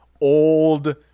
old